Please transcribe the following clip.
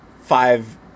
five